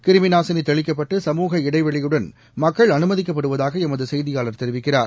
கிருமிநாசினி தெளிக்கப்பட்டு சமூக இடைவெளியுடன் மக்கள் அனுமதிக்கப்படுவதாக எமது செயதியாளர் தெரிவிக்கிறார்